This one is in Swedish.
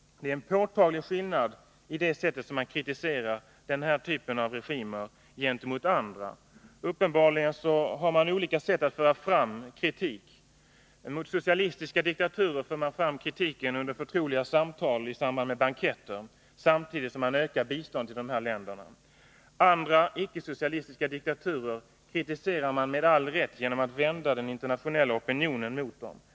Det är en påtaglig skillnad mellan det sätt man kritiserar den här typen av regimer och det man tillämpar gentemot andra. Uppenbarligen använder man olika sätt att föra fram kritik. Mot socialistiska diktaturer för man fram den under förtroliga samtal i samband med banketter, samtidigt som man ökar biståndet till dessa länder. Andra, icke-socialistiska diktaturer kritiserar man — med all rätt — genom att vända den internationella opinionen mot dem.